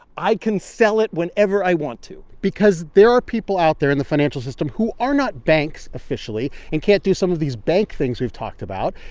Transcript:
i can sell it whenever i want to because there are people out there in the financial system who are not banks officially and can't do some of these bank things we've talked about,